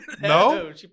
no